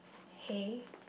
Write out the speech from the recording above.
hay